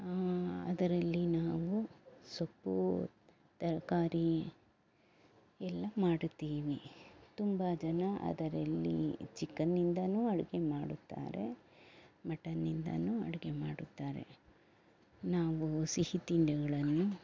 ಅದರಲ್ಲಿ ನಾವು ಸೊಪ್ಪು ತರಕಾರಿ ಎಲ್ಲ ಮಾಡುತ್ತೀನಿ ತುಂಬ ಜನ ಅದರಲ್ಲಿ ಚಿಕನ್ನಿಂದನೂ ಅಡುಗೆ ಮಾಡುತ್ತಾರೆ ಮಟನ್ನಿಂದನೂ ಅಡುಗೆ ಮಾಡುತ್ತಾರೆ ನಾವು ಸಿಹಿ ತಿಂಡಿಗಳನ್ನು